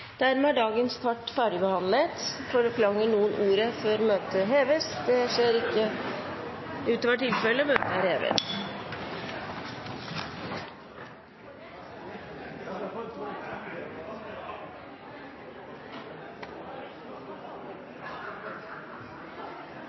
Dermed er dagens kart ferdigbehandlet. Forlanger noen ordet før møtet heves? – Møtet er hevet.